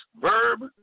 Verb